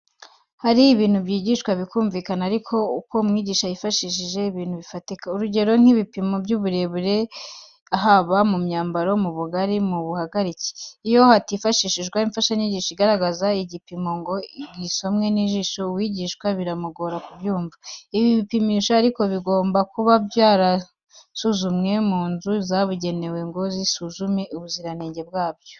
Hari ibintu byigishwa bikumvikana ari uko umwigisha yifashishije ibintu bifatika. Urugero ni nk'ibipimo by'uburemere, iby'uburebure, haba mu murambararo, mu bugari no mu buhagarike. Iyo hatifashishijwe imfashanyigisho igaragaza igipimo ngo gisomwe n'ijisho, uwigishwa biramugora kubyumva. Ibi bipimisho ariko bigoma kuba byarasuzumiwe mu nzu zabugenewe ngo zisuzume ubuziranenge bwabyo.